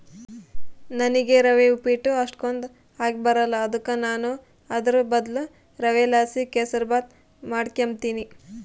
ನನಿಗೆ ರವೆ ಉಪ್ಪಿಟ್ಟು ಅಷ್ಟಕೊಂದ್ ಆಗಿಬರಕಲ್ಲ ಅದುಕ ನಾನು ಅದುರ್ ಬದ್ಲು ರವೆಲಾಸಿ ಕೆಸುರ್ಮಾತ್ ಮಾಡಿಕೆಂಬ್ತೀನಿ